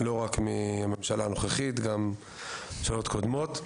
לא רק מהממשלה הנוכחית אלא גם מממשלות קודמות.